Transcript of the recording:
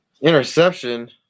Interception